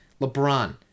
LeBron